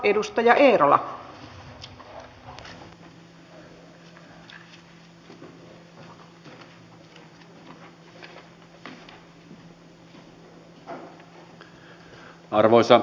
arvoisa rouva puhemies